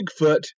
Bigfoot